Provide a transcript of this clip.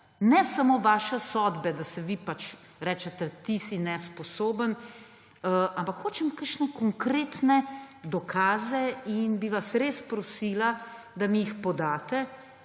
ne samo vaše sodbe, da rečete, ti si nesposoben, ampak hočem kakšne konkretne dokaze. Res bi vas prosila, da mi jih podate,